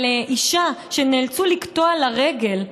על אישה שנאלצו לקטוע לה רגל,